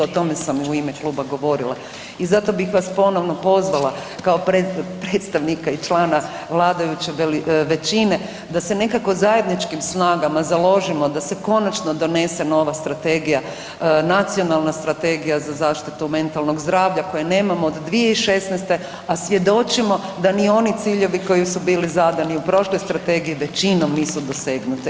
O tome sam u ime kluba govorila i zato bih vas ponovo pozvala kao predstavnika i člana vladajuće većine da se nekako zajedničkim snagama založimo da se konačno donese nova strategija, nacionalna strategija za zaštitu mentalnog zdravlja koje nemamo od 2016.-te, a svjedočimo da ni oni ciljevi koji su bili zadani u prošloj strategiji većinom nisu dosegnuti.